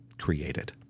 created